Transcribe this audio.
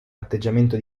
atteggiamento